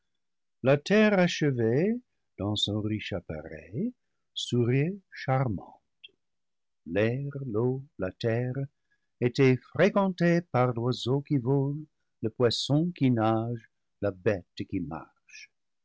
la terre achevée dans son riche appareil souriait charmante l'air l'eau la terre étaient fréquentés par l'oiseau qui vole le poisson qui nage la bête qui marche